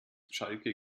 schalke